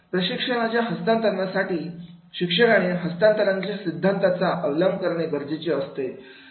प्रशिक्षणाच्या हस्तांतरणासाठी शिक्षकाने हस्तांतरणाच्या सिद्धांताचा अवलंब करणे गरजेचे असते